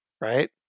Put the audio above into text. right